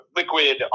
liquid